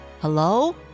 Hello